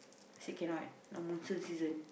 say cannot now monsoon season